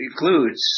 includes